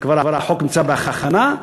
החוק נמצא כבר בהכנה,